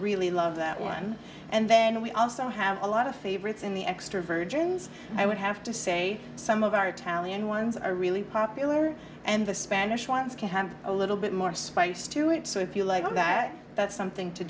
really love that one and then we also have a lot of favorites in the extra virgins i would have to say some of our italian ones are really popular and the spanish ones can have a little bit more spice to it so if you like that that's something to